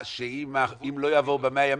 ואם לא יהיה לא יהיה?